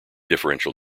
differential